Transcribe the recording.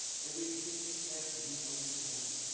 and we did as we were told.